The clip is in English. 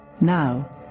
Now